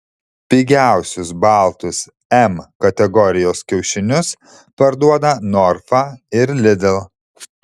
pigiausius baltus m kategorijos kiaušinius parduoda norfa ir lidl